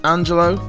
Angelo